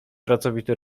pracowity